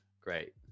great